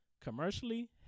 Commercially